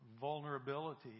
vulnerability